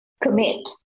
commit